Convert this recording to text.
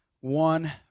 one